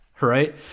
Right